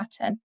pattern